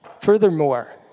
Furthermore